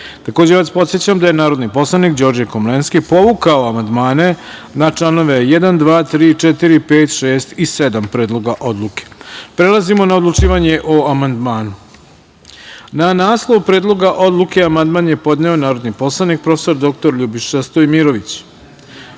5.Takođe vas podsećam da je narodni poslanik Đorđe Komlenski povukao amandmane na članove 1, 2, 3, 4, 5, 6. i 7. Predloga odluke. Prelazimo na odlučivanje o amandmanu. Na naslov Predloga odluke amandman je podneo narodni poslanik prof. dr Ljubiša Stojmirović. Stavljam